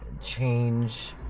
Change